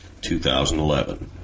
2011